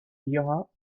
lira